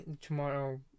tomorrow